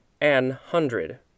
an-hundred